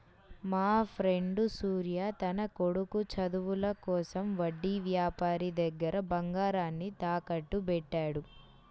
మాఫ్రెండు సూర్య తన కొడుకు చదువుల కోసం వడ్డీ యాపారి దగ్గర బంగారాన్ని తాకట్టుబెట్టాడు